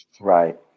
Right